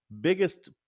biggest